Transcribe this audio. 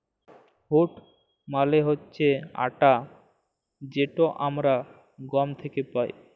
wheat মালে হছে আটা যেট আমরা গহম থ্যাকে পাই